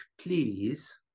please